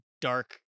dark